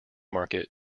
market